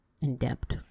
in-depth